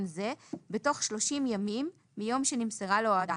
זה בתוך 30 ימים מיום שנמסרה לו ההודעה.